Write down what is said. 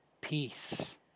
peace